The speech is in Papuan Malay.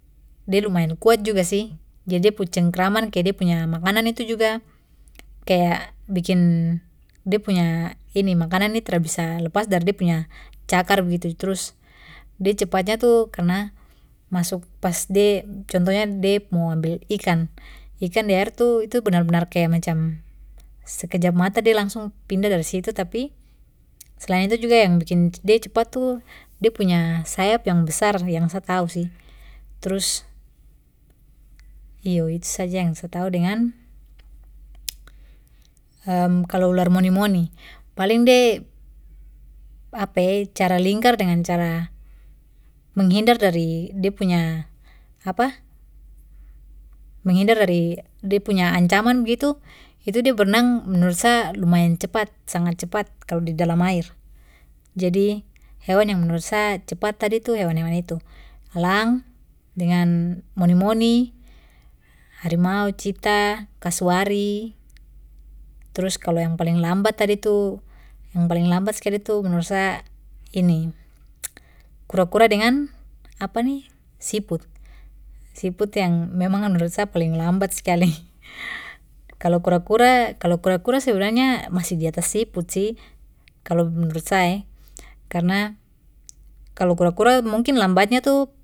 De lumayan kuat juga sih. Jadi de pu cengkraman ke dia punya makanan itu juga kayak bikin de punya makanan ini tra bisa lepas dari da punya cakar begitu. Trus de cepatnya tu karena masuk pas de, contohnya de mo ambil ikan, ikan di air tu itu bener-bener kaya macam sekejap mata de langsung pindah dari situ. Tapi selain itu juga yang bikin de cepat tu de punya sayap yang besar, yang sa tau sih. Terus, iyo, itu saja yang sa tau. Dengan kalo ular moni-moni paling de, apa e, cara lingkar dengan cara menghindar dari de punya, menghindar dari de punya ancaman begitu, itu de berenang menurut saya lumayan cepat, sangat cepat, kalau di dalam air. Jadi, hewan yang menurut sa cepat tadi tu hewan-hewan itu, elang dengan moni-moni, harimau, cheetah, kaswari. Terus kalo yang paling lambat tadi tu, yang paling lambat sekali tu menurut sa. kura kura dengan siput. Siput yang memang menurut saya paling lambat sekali. Kalo kura-kura, kalo kura-kura sebenarnya masih di atas siput sih, kalo menurut sa e, karena kalau kura-kura mungkin lambatnya tu.